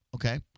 Okay